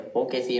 okay